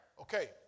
Okay